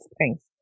Thanks